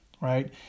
right